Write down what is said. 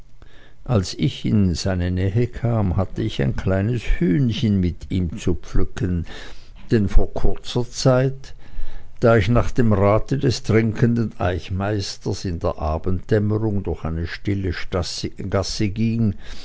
als ich in seine nähe kam hatte ich ein kleines hühnchen mit ihm zu pflücken denn vor kurzer zeit da ich nach dem rate des trinksamen eichmeisters in der abenddämmerung durch eine stille straße ging